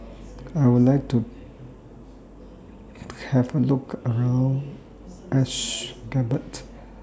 I Would like to Have A Look around Ashgabat